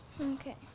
Okay